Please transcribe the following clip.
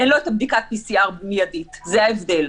אין לו את בדיקת ה-PCR מיידית, זה ההבדל.